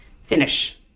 Finish